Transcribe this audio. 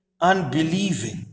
unbelieving